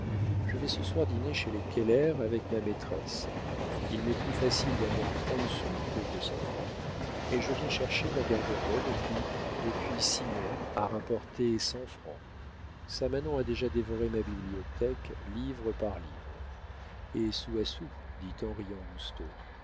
je vais ce soir dîner chez les keller avec ma maîtresse il m'est plus facile d'avoir trente sous que deux cents francs et je viens chercher ma garde-robe qui depuis six mois a rapporté cent francs samanon a déjà dévoré ma bibliothèque livre à livre et sou à sou dit en riant